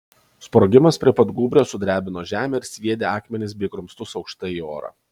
sprogimas prie pat gūbrio sudrebino žemę ir sviedė akmenis bei grumstus aukštai į orą